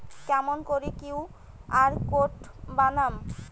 কেমন করি QR code বানাম?